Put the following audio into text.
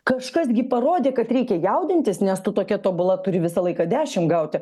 kažkas gi parodė kad reikia jaudintis nes tu tokia tobula turi visą laiką dešimt gauti